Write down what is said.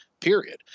period